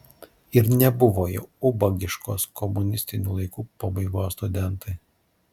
ir nebuvo jau ubagiškos komunistinių laikų pabaigos studentai